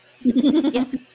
Yes